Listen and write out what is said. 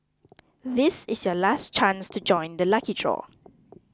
this is your last chance to join the lucky draw